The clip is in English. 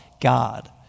God